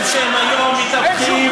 ואני חושב שהם היום מתהפכים,